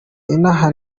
inaha